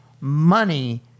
money